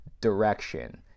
direction